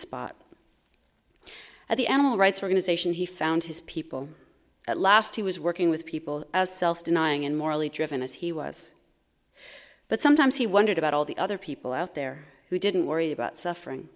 spot at the animal rights organization he found his people at last he was working with people as self denying and morally driven as he was but sometimes he wondered about all the other people out there who didn't worry about suffering